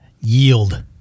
Yield